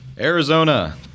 Arizona